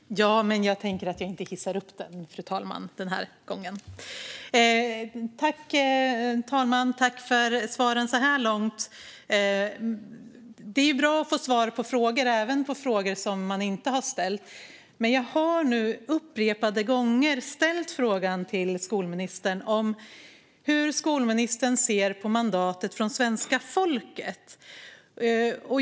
Fru talman! Jag tackar statsrådet för svaren så här långt. Det är bra att få svar på frågor, även sådana man inte har ställt. Jag har dock upprepade gånger ställt frågan till skolministern hur hon ser på mandatet från svenska folket.